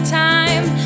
time